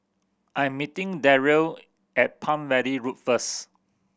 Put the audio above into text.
I am meeting Darrell at Palm Valley Road first